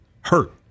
hurt